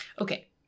okay